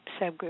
subgroup